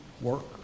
work